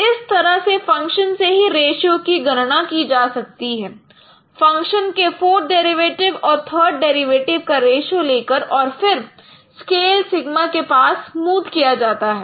तो इस तरह से फंक्शन से ही रेशियो की गणना की जा सकती है फंक्शन के फोर्थ डेरिवेटिव और थर्ड डेरिवेटिव का रेश्यो लेकर और फिर स्केल सिगमा के पास स्मूद किया जाता है